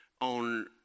on